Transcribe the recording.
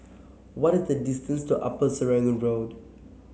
what is the distance to Upper Serangoon Road